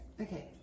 Okay